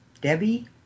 Debbie